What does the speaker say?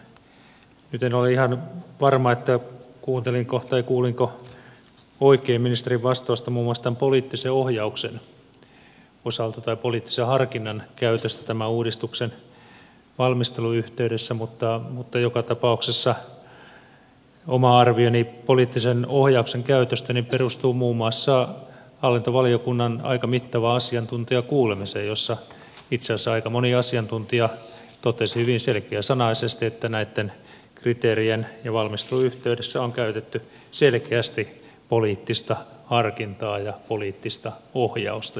nyt en ole ihan varma kuulinko oikein ministerin vastausta muun muassa tämän poliittisen ohjauksen osalta tai poliittisen harkinnan käytöstä tämän uudistuksen valmistelun yhteydessä mutta joka tapauksessa oma arvioni poliittisen ohjauksen käytöstä perustuu muun muassa hallintovaliokunnan aika mittavaan asiantuntijakuulemiseen jossa itse asiassa aika moni asiantuntija totesi hyvin selkeäsanaisesti että näitten kriteerien ja valmistelun yhteydessä on käytetty selkeästi poliittista harkintaa ja poliittista ohjausta